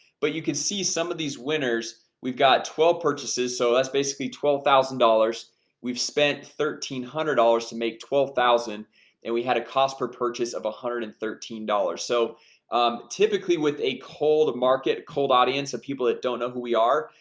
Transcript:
but you can see some of these winners we've got twelve purchases. so that's basically twelve thousand dollars we've spent thirteen hundred dollars to make twelve thousand and we had a cost per purchase of a hundred and thirteen dollar so typically with a cold market cold audience some people that don't know who we are.